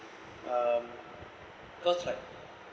um cause like